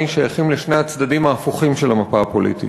שייכים לשני הצדדים ההפוכים של המפה הפוליטית,